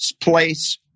place